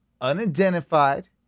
Unidentified